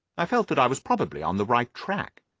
i felt that i was probably on the right track.